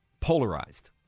polarized